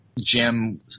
jim